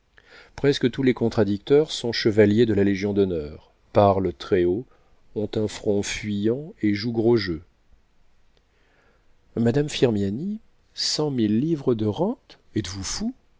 presque tous les contradicteurs sont chevaliers de la légion-d'honneur parlent très-haut ont un front fuyant et jouent gros jeu madame firmiani cent mille livres de rente êtes-vous fou